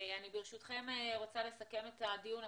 ברשותכם, אני רוצה לסכם את הדיון.